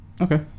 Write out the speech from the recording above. Okay